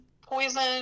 poison